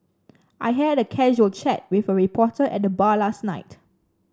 I had a casual chat with a reporter at the bar last night